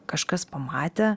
kažkas pamatė